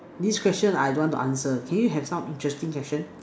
do you special I don't want to answer can you have thought interesting question